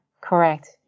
correct